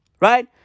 Right